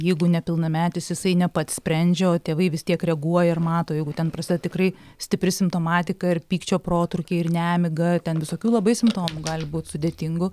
jeigu nepilnametis jisai ne pats sprendžia o tėvai vis tiek reaguoja ir mato jeigu ten prasideda tikrai stipri simptomatika ir pykčio protrūkiai ir nemiga ten visokių labai simptomų gali būt sudėtingų